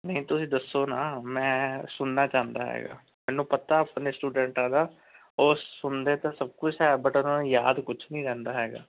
ਨਹੀਂ ਤੁਸੀਂ ਦੱਸੋ ਨਾ ਮੈਂ ਸੁਣਨਾ ਚਾਹੁੰਦਾ ਹੈਗਾ ਮੈਨੂੰ ਪਤਾ ਆਪਣੇ ਸਟੂਡੈਂਟਾਂ ਦਾ ਉਹ ਸੁਣਦੇ ਤਾਂ ਸਭ ਕੁਝ ਹੈ ਬਟ ਉਹਨਾਂ ਨੂੰ ਯਾਦ ਕੁਝ ਨਹੀਂ ਰਹਿੰਦਾ ਹੈਗਾ